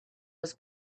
was